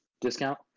discount